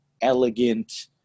elegant